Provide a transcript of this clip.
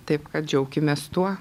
taip kad džiaukimės tuo